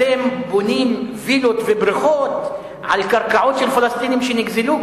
אתם בונים וילות ובריכות על קרקעות של פלסטינים שנגזלו,